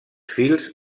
fils